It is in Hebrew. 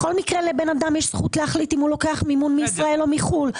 בכל מקרה לאדם יש זכות להחליט אם לוקח מימון מישראל או מחו"ל,